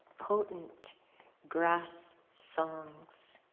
potent grass songs,